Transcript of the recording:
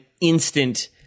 instant